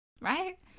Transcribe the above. right